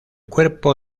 cuerpo